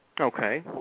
Okay